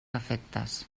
efectes